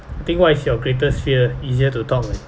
think what is your greatest fear easier to talk leh